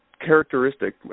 characteristic